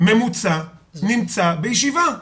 ממוצע נמצא בישיבה?